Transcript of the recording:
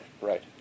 Right